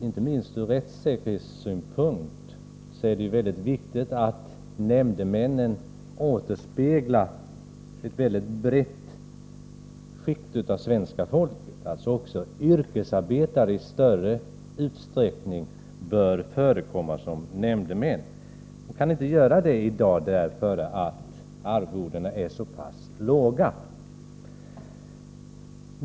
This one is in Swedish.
Inte minst ur rättssäkerhetssynpunkt är det viktigt att nämndemännen återspeglar ett brett skikt av svenska folket. Därför bör också yrkesarbetare i större utsträckning förekomma som nämndemän. De kan inte göra det i dag, därför att arvodena är så pass låga.